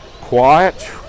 quiet